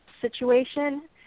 situation